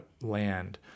land